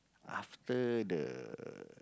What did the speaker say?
after the